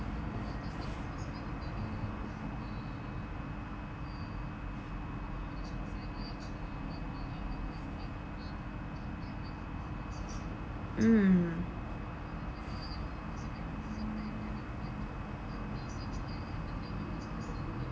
mm